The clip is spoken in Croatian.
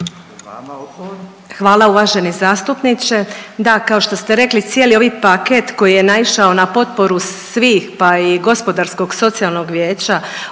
Hvala uvaženi zastupniče. Da, kao što ste rekli cijeli ovaj paket koji je naišao na potporu svih, pa i gospodarskog socijalnog vijeća